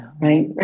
Right